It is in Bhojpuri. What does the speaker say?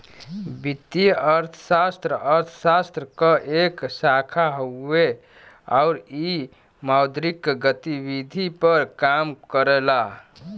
वित्तीय अर्थशास्त्र अर्थशास्त्र क एक शाखा हउवे आउर इ मौद्रिक गतिविधि पर काम करला